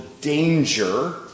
danger